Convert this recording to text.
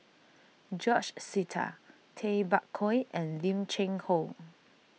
George Sita Tay Bak Koi and Lim Cheng Hoe